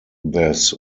this